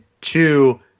two